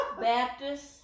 Baptist